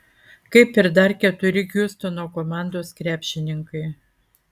kaip ir dar keturi hjustono komandos krepšininkai